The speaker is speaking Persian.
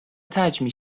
تجمیع